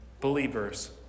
believers